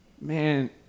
man